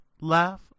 laugh